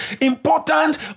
important